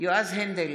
יועז הנדל,